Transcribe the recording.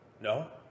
No